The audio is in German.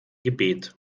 gebet